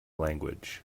language